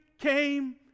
came